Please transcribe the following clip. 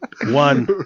One